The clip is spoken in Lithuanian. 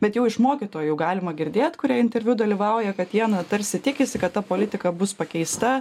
bet jau iš mokytojų galima girdėt kurie interviu dalyvauja kad jie na tarsi tikisi kad ta politika bus pakeista